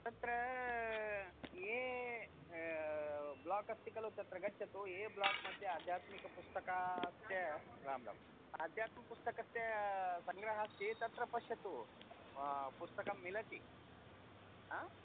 तत्र A block अस्ति खलु तत्र गच्छतु ये ब्लाक्मध्ये आध्यात्मिकपुस्तकस्य राम राम आध्यात्मिकपुस्तकस्य सङ्ग्रहः अस्ति तत्र पश्यतु पुस्तकं मिलति आ